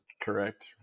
Correct